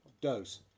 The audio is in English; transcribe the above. dose